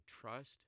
trust